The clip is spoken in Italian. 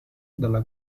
dalla